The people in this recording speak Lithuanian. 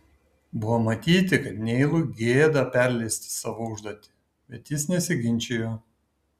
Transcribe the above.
buvo matyti kad neilui gėda perleisti savo užduotį bet jis nesiginčijo